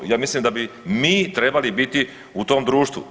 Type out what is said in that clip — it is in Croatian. Ja mislim da bi mi trebali biti u tom društvu.